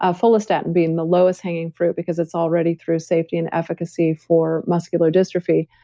ah follistatin being the lowest hanging fruit because it's already through safety and efficacy for muscular dystrophy.